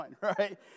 right